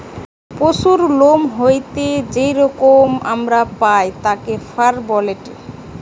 পশুর লোম হইতে যেই রেশম আমরা পাই তাকে ফার বলেটে